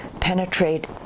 penetrate